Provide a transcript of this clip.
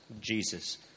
Jesus